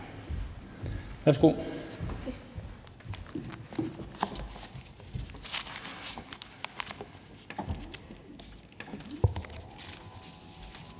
Værsgo.